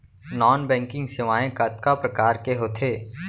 non banking सेवाएं कतका प्रकार के होथे